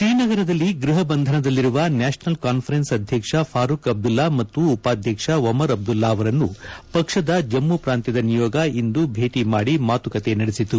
ಶ್ರೀನಗರದಲ್ಲಿ ಗೃಹ ಬಂಧನದಲ್ಲಿರುವ ನ್ಯಾಷನಲ್ ಕಾನ್ಫರೆನ್ಸ್ ಅಧ್ಯಕ್ಷ ಫಾರುಕ್ ಅಬ್ದುಲ್ಲಾ ಮತ್ತು ಉಪಾಧ್ಯಕ್ಷ ಓಮರ್ ಅಬ್ದುಲ್ಲಾ ಅವರನ್ನು ಪಕ್ಷದ ಜಮ್ಮು ಪ್ರಾಂತ್ಯದ ನಿಯೋಗ ಇಂದು ಭೇಟಿ ಮಾದಿ ಮಾತುಕತೆ ನಡೆಸಿತು